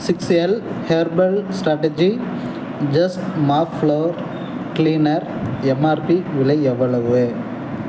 six L herbal strategy just mop floor cleaner MRP விலை எவ்வளவு